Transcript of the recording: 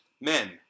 Men